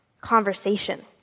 conversation